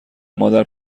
مادر